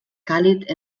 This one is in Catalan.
càlid